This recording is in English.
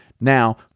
Now